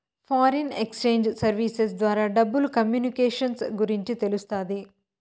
foreign exchange services ద్వారా డబ్బులు communications గురించి తెలుస్తాది